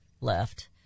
left